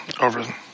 over